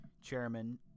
Chairman